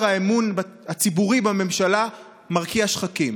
האמון הציבורי בממשלה מרקיע שחקים.